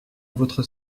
votre